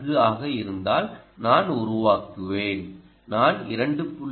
4 ஆக இருந்தால் நான் உருவாக்குவேன் நான் 2